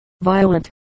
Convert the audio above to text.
violent